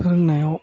फोरोंनायाव